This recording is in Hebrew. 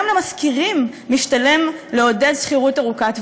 גם למשכירים משתלם לעודד שכירות ארוכת טווח: